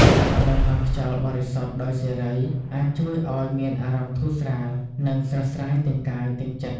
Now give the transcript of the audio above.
ការដកដង្ហើមខ្យល់បរិសុទ្ធដោយសេរី អាចជួយឲ្យមានអារម្មណ៍ធូរស្រាល និងស្រស់ស្រាយទាំងកាយទាំងចិត្ត។